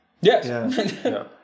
Yes